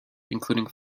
including